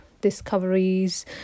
discoveries